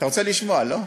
אתה רוצה לשמוע, לא?